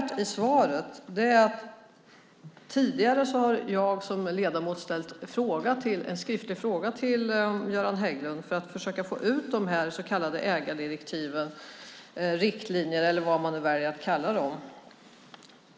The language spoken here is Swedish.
Tidigare har jag som ledamot ställt en skriftlig fråga till Göran Hägglund för att försöka få ut de här så kallade ägardirektiven, riktlinjerna eller vad man nu väljer att kalla dem.